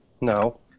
No